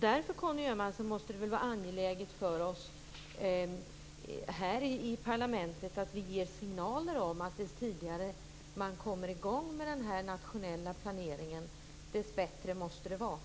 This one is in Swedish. Därför, Conny Öhman, måste det väl vara angeläget för oss här i parlamentet att ge signaler om att ju tidigare man kommer i gång med den nationella planeringen, desto bättre.